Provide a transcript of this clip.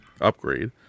upgrade